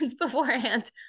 beforehand